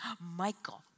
Michael